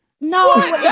No